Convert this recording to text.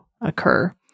occur